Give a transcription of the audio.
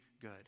good